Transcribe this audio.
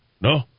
No